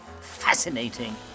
Fascinating